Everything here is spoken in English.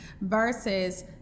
versus